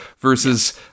Versus